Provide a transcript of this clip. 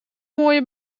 mooie